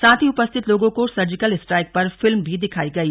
साथ ही उपस्थित लोगों को सर्जिकल स्ट्राइक पर फिल्म भी दिखाई गई